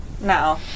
No